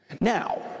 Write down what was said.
Now